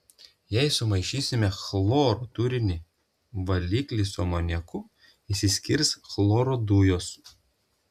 jei sumaišysime chloro turintį valiklį su amoniaku išsiskirs chloro dujos